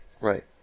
Right